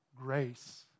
Grace